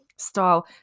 style